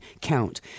count